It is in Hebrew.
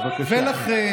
בבקשה.